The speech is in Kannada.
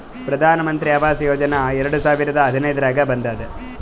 ಪ್ರಧಾನ್ ಮಂತ್ರಿ ಆವಾಸ್ ಯೋಜನಾ ಎರಡು ಸಾವಿರದ ಹದಿನೈದುರ್ನಾಗ್ ಬಂದುದ್